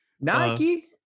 nike